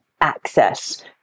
access